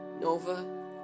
Nova